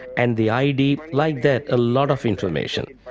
and the id, like that, a lot of information.